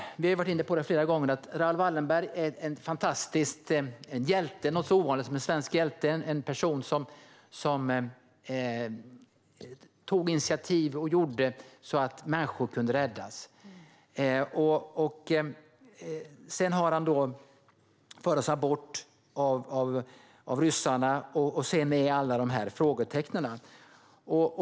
Vi har flera gånger varit inne på att Raoul Wallenberg är en fantastisk hjälte. Han är något så ovanligt som en svensk hjälte, en person som tog initiativ och gjorde så att människor kunde räddas. Sedan fördes han bort av ryssarna, och så har vi alla dessa frågetecken.